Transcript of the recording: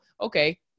okay